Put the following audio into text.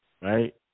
right